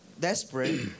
desperate